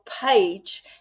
page